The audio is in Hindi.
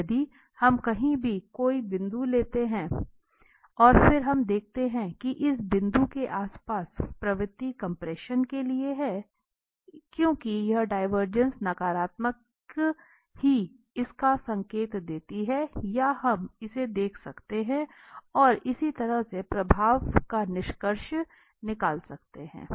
इसलिए यदि हम कहीं भी कोई बिंदु लेते हैं और फिर हम देखते हैं कि इस बिंदु के आसपास प्रवृत्ति कम्प्रेशन के लिए है इसलिए क्योंकि यह डिवरजेंस नकारात्मक ही इसका संकेत देती है या हम इसे देख सकते हैं और इसी तरह के प्रभाव का निष्कर्ष निकाल सकते हैं